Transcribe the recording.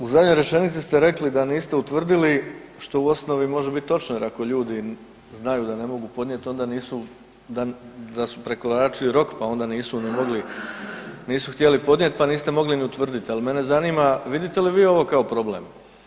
U zadnjoj rečenici ste rekli da niste utvrdili, što u osnovi može biti točno jer ako ljudi znaju da ne mogu podnijeti, onda nisu da su prekoračili rok, pa oni nisu ni mogli, nisu htjeli podnijeti, pa niste mogli ni utvrditi, ali mene zanima, vidite li vi ovo kao problem?